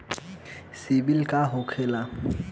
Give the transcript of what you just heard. सीबील का होखेला?